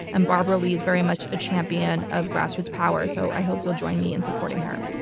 and barbara lee is very much a champion of grassroots power. so i hope you'll join me in supporting her.